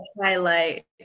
highlight